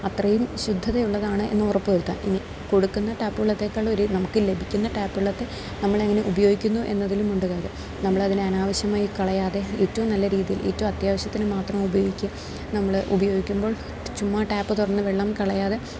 അത്രയും ശുദ്ധതയുള്ളതാണ് എന്ന് ഉറപ്പ് വരുത്തുക ഇനി കൊടുക്കുന്ന ടാപ്പു വെള്ളത്തേക്കാളൊരു നമുക്ക് ലഭിക്കുന്ന ടാപ്പു വെള്ളത്തെ നമ്മളെങ്ങനെ ഉപയോഗിക്കുന്നു എന്നതിലുമുണ്ട് കാര്യം നമ്മളതിന് അനാവശ്യമായി കളയാതെ ഏറ്റവും നല്ല രീതിയിൽ ഏറ്റവും അത്യാവശ്യത്തിന് മാത്രം ഉപയോഗിക്കുക നമ്മൾ ഉപയോഗിക്കുമ്പോൾ ചുമ്മാ ടാപ്പ് തുറന്ന് വെള്ളം കളയാതെ